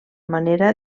manera